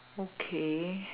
okay